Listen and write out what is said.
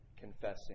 confessing